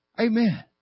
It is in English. Amen